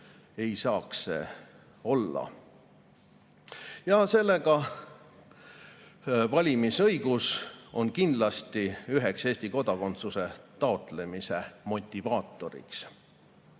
ei saaks see olla. Nii on valimisõigus kindlasti üheks Eesti kodakondsuse taotlemise motivaatoriks.